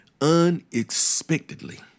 Unexpectedly